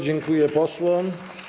Dziękuję posłom.